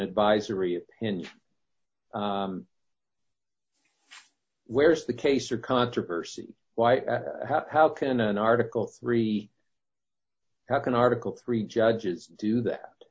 advisory and where's the case or controversy why how can an article three happen article three judges do that